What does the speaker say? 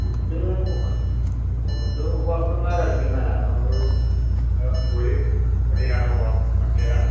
food food പുറത്തുനിന്നാണ് കഴിക്കുന്നത് ഞാനൊരു ജോലി വെളിയിലാണ് ആ വണ്ടിയിലാണ്